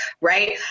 right